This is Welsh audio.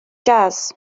jazz